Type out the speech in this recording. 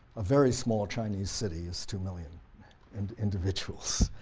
a very small chinese city is two million and individuals,